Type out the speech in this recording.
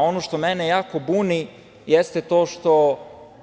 Ono što mene jako buni jeste to što